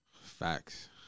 Facts